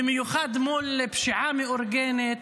במיוחד מול פשיעה מאורגנת,